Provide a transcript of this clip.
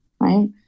Right